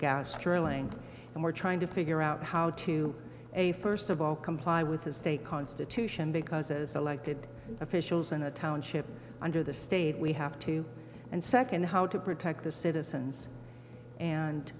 drilling and we're trying to figure out how to a first of all comply with the state constitution because as elected officials in a township under the state we have to and second how to protect the citizens